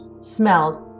smelled